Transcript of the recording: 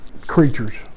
creatures